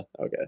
Okay